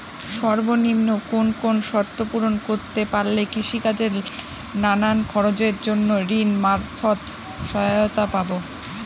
সর্বনিম্ন কোন কোন শর্ত পূরণ করতে পারলে কৃষিকাজের নানান খরচের জন্য ঋণ মারফত সহায়তা পাব?